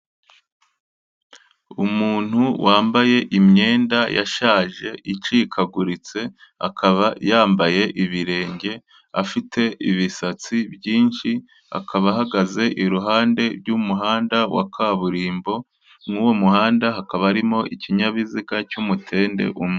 Umuntu wambaye imyenda yashaje icikaguritse, akaba yambaye ibirenge, afite ibisatsi byinshi, akaba ahagaze iruhande rw'umuhanda wa kaburimbo, muri uwo muhanda hakaba arimo ikinyabiziga cy'umutende umwe.